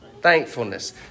Thankfulness